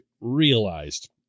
realized